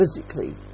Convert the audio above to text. physically